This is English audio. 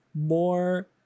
more